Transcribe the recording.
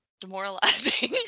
demoralizing